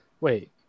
Wait